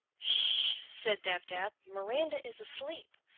sh! said dab-dab. miranda is asleep.